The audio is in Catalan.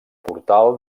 portal